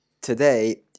Today